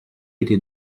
était